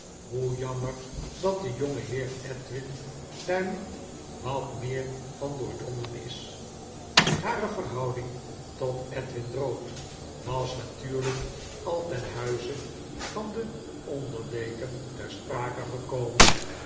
hoe jammer datde jongeheer edwin daar niet wat meer van doordrongen is hare verhouding tot edwin drood was natuurlijk al ten hmze van den onder deken ter sprake gekomen